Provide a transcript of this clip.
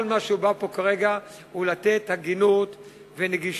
כל מה שבא פה כרגע הוא לתת הגינות ונגישות,